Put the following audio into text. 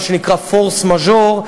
מה שנקרא פורס מז'ור,